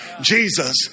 Jesus